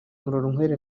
murorunkwere